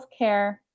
healthcare